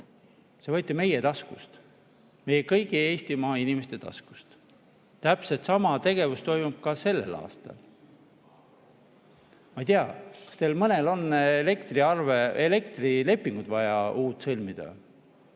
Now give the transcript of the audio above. See võeti meie taskust, meie kõigi Eestimaa inimeste taskust. Täpselt sama tegevus toimub ka sellel aastal. Ma ei tea, kas teil mõnel on vaja uut elektrilepingut sõlmida.